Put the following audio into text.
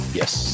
yes